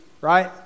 right